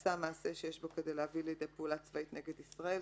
"עשה מעשה שיש בו כדי להביא לפעולה צבאית נגד ישראל".